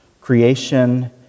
creation